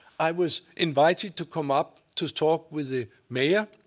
i was invited to come up to talk with the mayor.